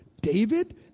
David